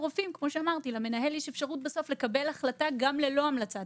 בעצם החלטה של המנהל כאן, על פי המלצת